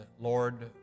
Lord